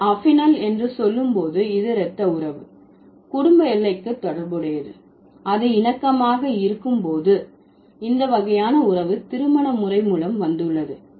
நீங்கள் அஃபினல் என்று சொல்லும் போது இது இரத்த உறவு குடும்ப எல்லைக்கு தொடர்புடையது அது இணக்கமாக இருக்கும் போது இந்த வகையான உறவு திருமண முறை மூலம் வந்துள்ளது